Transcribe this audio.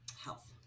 health